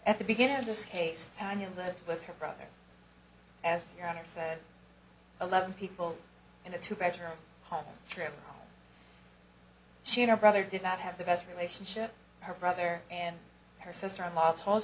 at the beginning of this case when you look at it with her brother as you're on it said eleven people in a two bedroom home trip she and her brother did not have the best relationship her brother and her sister in law told